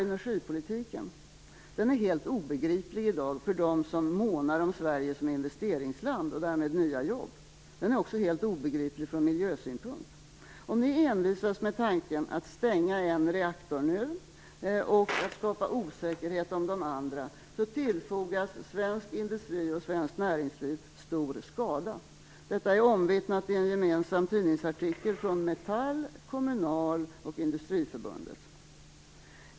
Energipolitiken är helt obegriplig i dag för dem som månar om Sverige som investeringsland och därmed om nya jobb. Den är också helt obegriplig från miljösynpunkt. Om ni envisas med tanken att stänga en reaktor nu och skapa osäkerhet om de andra tillfogas svensk industri och svenskt näringsliv stor skada. Detta är omvittnat i en gemensam tidningsartikel från Metall, Kommunal och Industriförbundet.